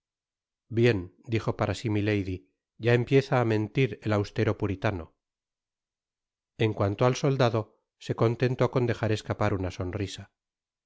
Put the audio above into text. bien dijo para si mhady ya empieza á mentir el austero puritano en cuanto al soldado e contentó con dejar escapar una sonrisa